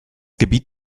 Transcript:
gebiet